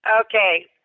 Okay